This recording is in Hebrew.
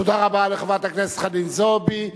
תודה רבה לחברת הכנסת חנין זועבי.